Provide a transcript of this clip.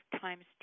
times